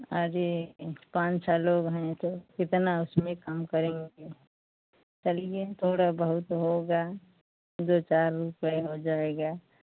अरे पाँच छह लोग हैं तो कितना उसमें कम करेंगे चलिए थोड़ा बहुत होगा दो चार रुपया हो जाएगा